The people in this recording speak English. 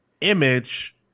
Image